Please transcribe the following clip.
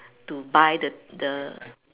to buy the the